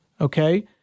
Okay